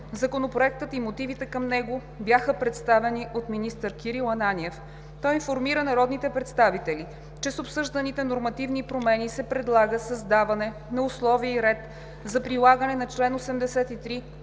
Законопроектът и мотивите към него бяха представени от министър Кирил Ананиев. Той информира народните представители, че с обсъжданите нормативни промени се предлага създаване на условия и ред за прилагане на чл. 83